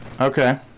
Okay